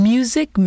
Music